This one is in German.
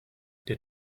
der